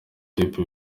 kipe